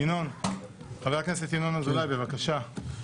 חבר הכנסת ינון אזולאי, בבקשה.